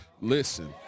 Listen